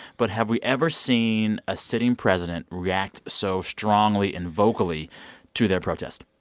but have we ever seen a sitting president react so strongly and vocally to their protest?